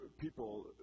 people